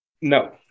No